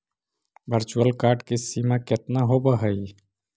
virtual card की सीमा केतना होवअ हई